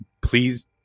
please